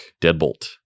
Deadbolt